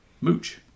Mooch